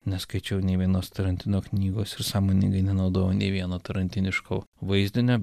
neskaičiau nei vienos tarantino knygos ir sąmoningai nenaudojau nei vieno tarantiniško vaizdinio